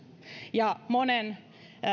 ja monen